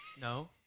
no